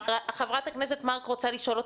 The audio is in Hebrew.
חברת הכנסת מארק רוצה לשאול אותך.